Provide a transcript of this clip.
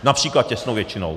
Například těsnou většinou.